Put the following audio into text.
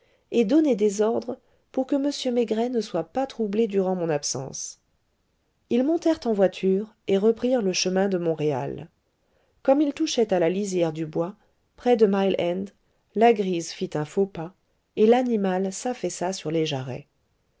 et donner des ordres pour que m maigret ne soit pas troublé durant mon absence ils montèrent en voiture et reprirent le chemin de montréal comme ils touchaient à la lisière du bois près de mile end la grise fit un faux pas et l'animal s'affaissa sur les jarrets